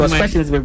questions